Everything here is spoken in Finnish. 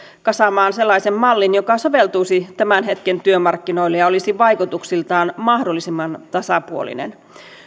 kasaamaan sellaisen mallin joka soveltuisi tämän hetken työmarkkinoille ja olisi vaikutuksiltaan mahdollisimman tasapuolinen